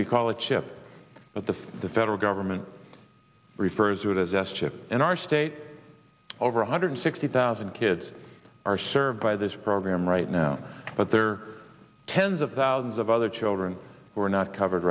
we call it chip but the the federal government refers to it as s chip in our state over one hundred sixty thousand kids are served by this program right now but there are tens of thousands of other children were not covered